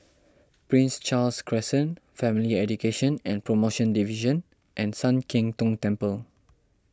Prince Charles Crescent Family Education and Promotion Division and Sian Keng Tong Temple